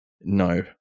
No